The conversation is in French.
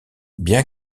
bien